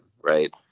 right